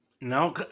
No